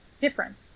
difference